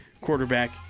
quarterback